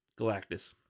Galactus